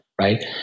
right